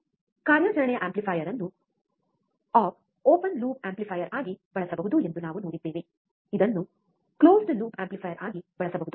ಕಾರ್ಯಾಚರಣೆಯ ಆಂಪ್ಲಿಫೈಯರ್ ಅನ್ನು op open loop amplifier ಆಗಿ ಬಳಸಬಹುದು ಎಂದು ನಾವು ನೋಡಿದ್ದೇವೆ ಇದನ್ನು ಮುಚ್ಚಿದ ಲೂಪ್ ಆಂಪ್ಲಿಫೈಯರ್ ಆಗಿ ಬಳಸಬಹುದು